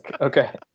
Okay